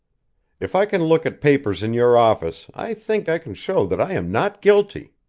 if i can look at papers in your office, i think i can show that i am not guilty.